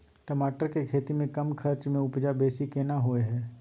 टमाटर के खेती में कम खर्च में उपजा बेसी केना होय है?